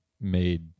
made